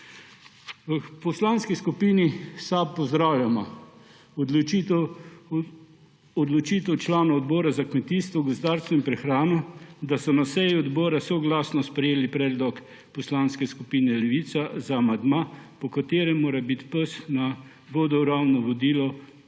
V Poslanski skupini SAB pozdravljamo odločitev članov Odbora za kmetijstvo, gozdarstvo in prehrano, da so na seji odbora soglasno sprejeli predlog Poslanske skupine Levica za amandma, po katerem mora biti pes na vodoravnem vodilu